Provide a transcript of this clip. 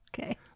Okay